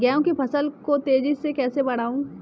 गेहूँ की फसल को तेजी से कैसे बढ़ाऊँ?